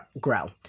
grow